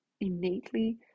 innately